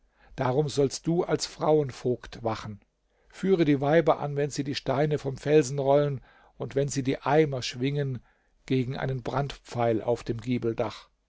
darum sollst du als frauenvogt wachen führe die weiber an wenn sie die steine vom felsen rollen und wenn sie die eimer schwingen gegen einen brandpfeil auf dem